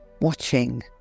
watching